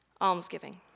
almsgiving